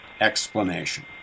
explanation